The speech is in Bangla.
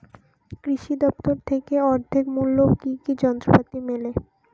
কৃষি দফতর থেকে অর্ধেক মূল্য কি কি যন্ত্রপাতি মেলে?